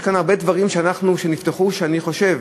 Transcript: יש כאן הרבה דברים שנפתחו ושדרשנו